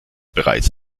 bereits